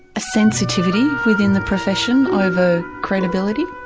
ah sensitivity within the profession over credibility?